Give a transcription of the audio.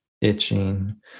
itching